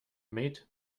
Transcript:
made